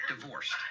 divorced